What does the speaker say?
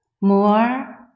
more